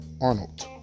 Arnold